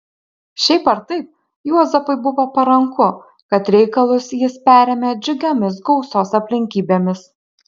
šiaip ar taip juozapui buvo paranku kad reikalus jis perėmė džiugiomis gausos aplinkybėmis